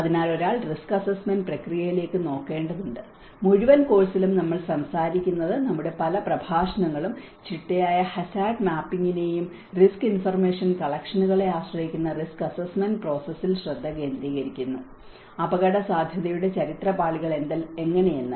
അതിനാൽ ഒരാൾ risk assessment പ്രക്രിയയിലേക്ക് നോക്കേണ്ടതുണ്ട് മുഴുവൻ കോഴ്സിലും നമ്മൾ സംസാരിക്കുന്നത് നമ്മുടെ പല പ്രഭാഷണങ്ങളും ചിട്ടയായ ഹസാഡ് മാപ്പിംഗിനെയും റിസ്ക് ഇൻഫർമേഷൻ കളക്ഷനുകളെ ആശ്രയിക്കുന്ന റിസ്ക് അസ്സെസ്സ്മെന്റ് പ്രോസസ്സിൽ ശ്രദ്ധ കേന്ദ്രീകരിക്കുന്നു അപകടസാധ്യതയുടെ ചരിത്ര പാളികൾ എങ്ങനെയെന്ന്